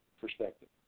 perspective